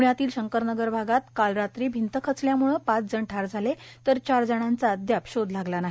पुण्यातील षंकरनगर भागात काल रात्री भिंत खचल्यामुळं पाच जण ठार झाले तर चार जणांचा अद्याप षोध लागला नाही